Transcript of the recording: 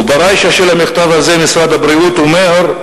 וברישא של המכתב הזה משרד הבריאות אומר: